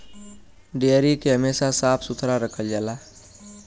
dairy के हमेशा साफ सुथरा रखल जाला